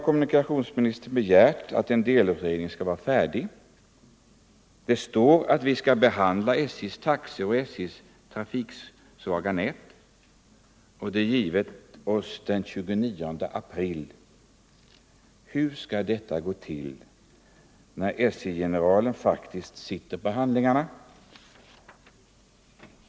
Kommunikationsministern har begärt att en delutredning skall vara färdig till den 1 juli. Det står i direktiven att vi skall behandla SJ:s taxor och frågan om SJ:s trafiksvaga nät. Dessa uppgifter fick vi den 29 april. Hur skall detta gå till när SJ-generalen faktiskt sitter på handlingarna?